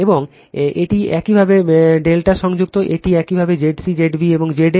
এবং এটি একইভাবে ∆ সংযুক্ত এটি একইভাবে Zc Zb এবং Za